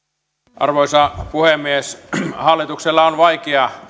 arvoisa puhemies hallituksella on vaikea